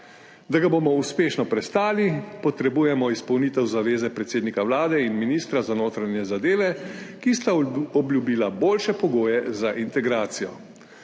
Da ga bomo uspešno prestali, potrebujemo izpolnitev zaveze predsednika Vlade in ministra za notranje zadeve, ki sta obljubila boljše pogoje za integracijo.